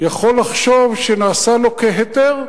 יכול לחשוב שנעשה לו כהיתר,